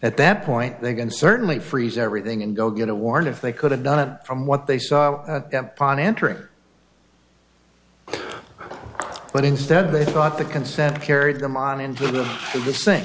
at that point they can certainly freeze everything and go get a warrant if they could have done it from what they saw on entering but instead they thought the consent carried them on into the s